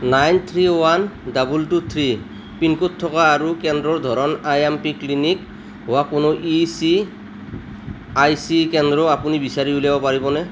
nine three one double two three pin code থকা আৰু কেন্দ্ৰৰ ধৰণ আই এম পি ক্লিনিক হোৱা কোনো ই চি আই চি কেন্দ্ৰ আপুনি বিচাৰি উলিয়াব পাৰিবনে